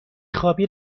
خوابی